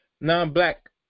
non-black